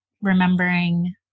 remembering